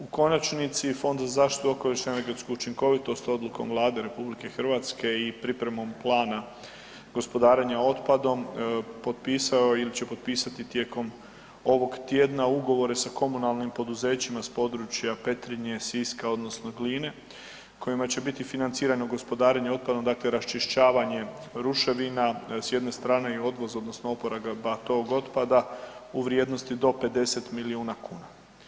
U konačnici Fond za zaštitu okoliša i energetsku učinkovitost odlukom Vlade RH i pripremom plana gospodarenja otpadom potpisao je ili će potpisati tijekom ovog tjedna ugovore sa komunalnim poduzećima sa područja Petrinje, Siska odnosno Gline kojima će biti financirano gospodarenje otpadom dakle raščišćavanje ruševina s jedne strane i odvoz odnosno oporaba tog otpada u vrijednosti do 50 milijuna kuna.